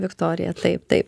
viktorija taip taip